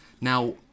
now